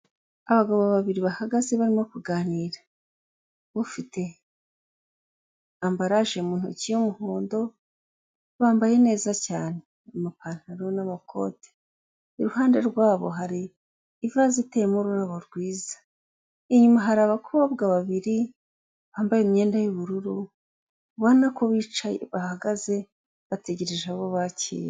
Abagabo babiri bahagaze barimo kuganira, ufite ambarage mu ntoki y'umuhondo bambaye neza cyane amapantaro n'amakoti, iruhande rwabo hari ivaze iteyemo ururabo rwiza, inyuma hari abakobwa babiri bambaye imyenda y'ubururu ubona ko bicaye bahagaze bategereje abo bakira.